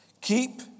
Keep